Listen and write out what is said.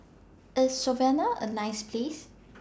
IS Slovenia A nice Place